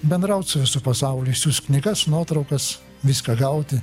bendraut su visu pasauliu siųst knygas nuotraukas viską gauti